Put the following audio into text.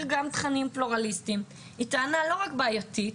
גם תכנים פלורליסטיים היא טענה לא רק בעייתית,